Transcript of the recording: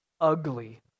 ugly